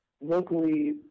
locally